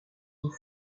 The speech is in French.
eaux